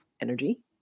energy